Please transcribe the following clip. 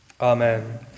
Amen